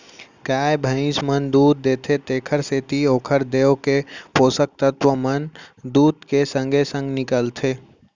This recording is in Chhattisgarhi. गाय भइंस मन दूद देथे तेकरे सेती ओकर देंव के पोसक तत्व मन दूद के संगे संग निकलथें